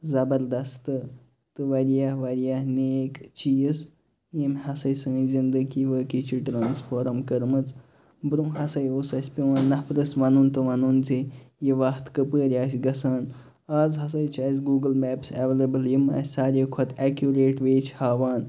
زبردستہٕ تہٕ واریاہ واریاہ نیک چیٖز یٔمۍ ہسا سٲنۍ زندگی وٲقعی چھِ ٹرانسفارَم کٔرمٕژ برٛۄنٛہہ ہسا اوس اسہِ پیٚوان نَفرَس وَنُن تہٕ وَنُن زِ یہِ وَتھ کٔپٲر آسہِ گژھان آز ہسا چھِ اسہِ گوگُل میپٕس ایٚولیبٕل یِم اسہِ سارِوٕے کھۄتہٕ ایٚکیوٗریٹ وے چھِ ہاوان